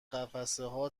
قفسهها